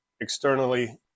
externally